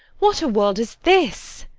what a world is this!